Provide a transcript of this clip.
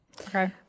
Okay